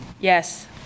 Yes